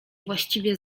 właściwie